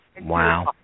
Wow